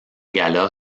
gala